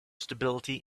stability